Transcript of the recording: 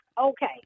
Okay